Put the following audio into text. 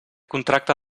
contracte